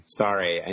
sorry